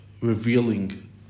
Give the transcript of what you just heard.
revealing